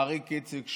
העריק איציק שמולי,